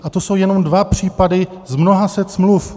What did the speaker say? A to jsou jenom dva případy z mnoha set smluv.